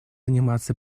заниматься